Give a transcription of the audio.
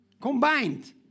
Combined